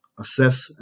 assess